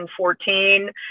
2014